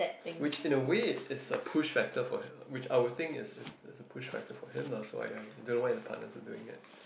which in a way is a push factor for him which I would think it's it's it's a push factor for him lah so I I don't know why the partners are doing it